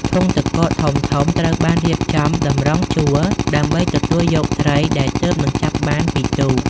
ធុងទឹកកក ធំៗត្រូវបានរៀបចំតម្រង់ជួរ ដើម្បីទទួលយកត្រីដែលទើបនឹងចាប់បានពីទូក។